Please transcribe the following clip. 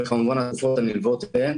וכמובן התקופות הנלוות אליהן,